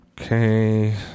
Okay